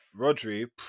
Rodri